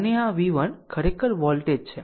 અને આ v1 ખરેખર આ વોલ્ટેજ છે